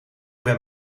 ben